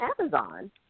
Amazon